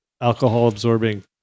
alcohol-absorbing